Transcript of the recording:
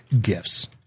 gifts